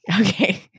Okay